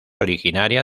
originaria